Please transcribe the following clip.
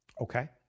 Okay